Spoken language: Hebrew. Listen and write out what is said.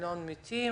10,000 מתים,